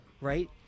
Right